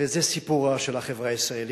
וזה סיפורה של החברה הישראלית.